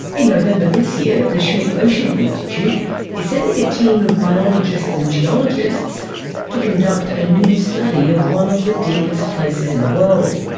in november this year, the schmidt ocean institute is sending a team of biologists and geologists to conduct a new study of one of the deepest places in the world.